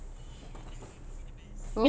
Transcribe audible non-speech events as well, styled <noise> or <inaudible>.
<laughs>